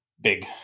big